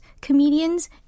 comedians